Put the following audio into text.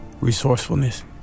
Resourcefulness